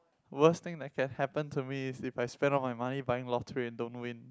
worst thing that can happen to me is I spend on my money buying lottery and don't win